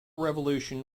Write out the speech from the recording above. revolution